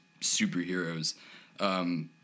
superheroes